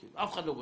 אף אחד לא בודק.